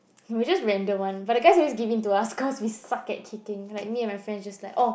no just random one but the guys always giving to us because we suck at kicking like my friend just like oh